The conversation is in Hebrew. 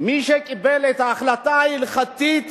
מי שקיבל את ההחלטה ההלכתית